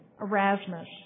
Erasmus